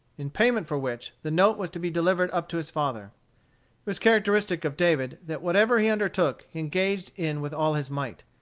in payment for which, the note was to be delivered up to his father. it was characteristic of david that whatever he undertook he engaged in with all his might.